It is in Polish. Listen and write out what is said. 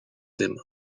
tym